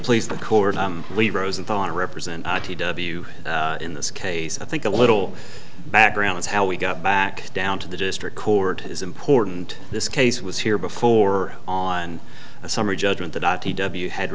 please the court leave rosenthal represent t w in this case i think a little background is how we got back down to the district court is important this case was here before on a summary judgment that i had